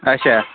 اچھا